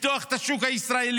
לפתוח את השוק הישראלי,